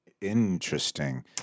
Interesting